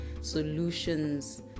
solutions